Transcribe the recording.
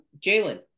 Jalen